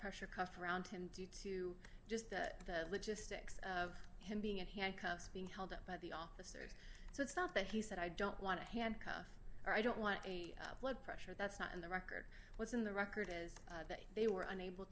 pressure cuff around him due to just logistics of him being at handcuffs being held up by the officers so it's not that he said i don't want to handcuff her i don't want a blood pressure that's not in the record what's in the record is that they were unable